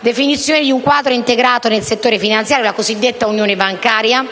definizione di un quadro integrato nel settore finanziario (la cosiddetta unione bancaria);